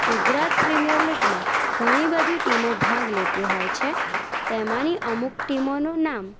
Gujarat premier લીગમાં ઘણી બધી ટીમો ભાગ લેતી હોય છે તેમાંની અમુક ટીમોનું નામ